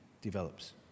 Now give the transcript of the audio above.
develops